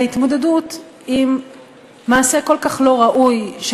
בהתמודדות עם מעשה כל כך לא ראוי של